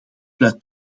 sluit